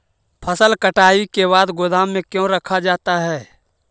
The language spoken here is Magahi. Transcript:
फसल कटाई के बाद गोदाम में क्यों रखा जाता है?